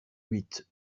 huit